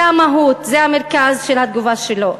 זה המהות, זה המרכז של התגובה שלו.